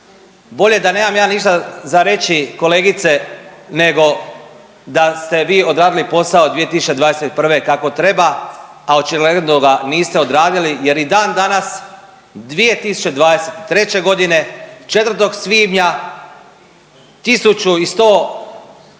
Bolje da ja nemam ništa za reći kolegice nego da ste vi odradili posao 2021. kako treba, a očigledno ga niste odradili jer ni danas 2023.g. 4. svibnja 1139